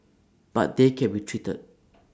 but they can be treated